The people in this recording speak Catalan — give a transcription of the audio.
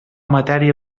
matèria